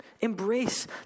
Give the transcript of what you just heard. Embrace